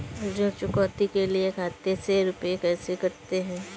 ऋण चुकौती के लिए खाते से रुपये कैसे कटते हैं?